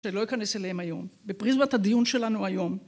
שלא אכנס אליהם היום. בפריזמת הדיון שלנו היום